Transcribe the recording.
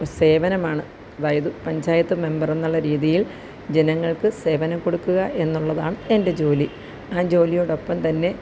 ഒരു സേവനമാണ് അതായത് പഞ്ചായത്ത് മെമ്പറെന്നുള്ള രീതിയിൽ ജനങ്ങൾക്ക് സേവനം കൊടുക്കുക എന്നുള്ളതാണ് എൻ്റെ ജോലി ആ ജോലിയോടൊപ്പം തന്നെ